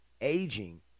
aging